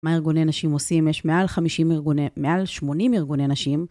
מה ארגוני נשים עושים? יש מעל 50 ארגוני, מעל 80 ארגוני נשים.